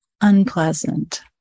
unpleasant